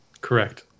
Correct